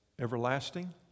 Everlasting